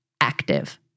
active